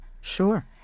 Sure